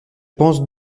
pense